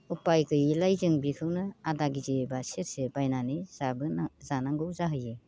उपाय गैयिलाय जों बेखौनो आधा के जि बा सेरसे बायनानै जानांगौ जाहैयो